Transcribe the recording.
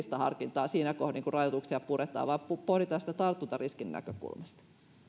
poliittista harkintaa siinä kohdin kun rajoituksia puretaan vaan pohditaan sitä tartuntariskin näkökulmasta